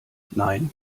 nein